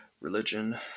religion